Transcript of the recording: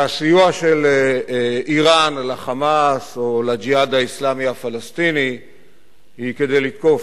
והסיוע של אירן ל"חמאס" או ל"ג'יהאד האסלאמי" הפלסטיני הוא כדי לתקוף,